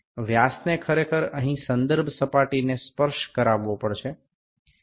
વ્યાસને ખરેખર અહીં સંદર્ભ સપાટીને સ્પર્શ કરાવવો પડશે વ્યાસ લગભગ 51 છે